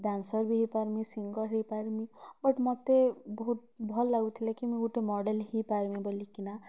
dancer ବି ହେଇପାରମି singer ହେଇପାରମି ବଟ୍ ମୋତେ ବହୁତ୍ ଭଲ୍ ଲାଗୁଥିଲା କି ମୁଇଁ ଗୋଟେ ମଡ଼େଲ୍ ହେଇପାରମି ବୋଲିକିନା